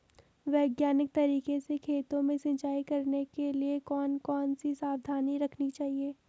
वैज्ञानिक तरीके से खेतों में सिंचाई करने के लिए कौन कौन सी सावधानी रखनी चाहिए?